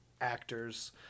actors